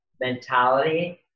mentality